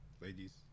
ladies